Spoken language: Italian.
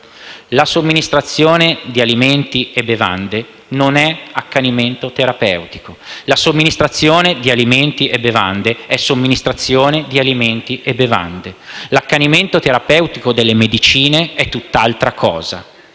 La somministrazione di alimenti e bevande non è accanimento terapeutico; la somministrazione di alimenti e bevande è, appunto, somministrazione di alimenti e bevande. L'accanimento terapeutico delle medicine è tutt'altra cosa